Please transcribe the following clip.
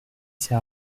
s’est